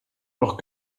noch